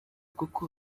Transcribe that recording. kuko